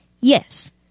Yes